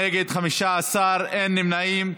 נגד, 15, אין נמנעים.